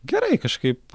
gerai kažkaip